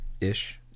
ish